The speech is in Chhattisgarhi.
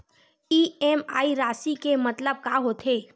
इ.एम.आई राशि के मतलब का होथे?